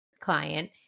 client